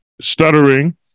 stuttering